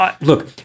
look